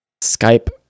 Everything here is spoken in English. Skype